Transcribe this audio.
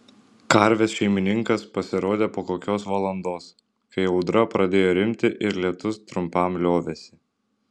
karvės šeimininkas pasirodė po kokios valandos kai audra pradėjo rimti ir lietus trumpam liovėsi